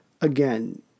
Again